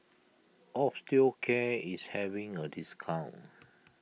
Osteocare is having a discount